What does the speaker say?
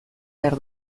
behar